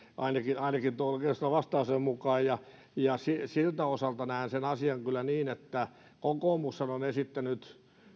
ainakin ainakin vastalauseen mukaan siltä osalta näen asian kyllä niin kuin kokoomus on on esittänyt